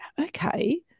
okay